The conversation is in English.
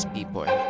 People